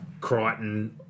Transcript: Crichton